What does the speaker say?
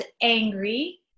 angry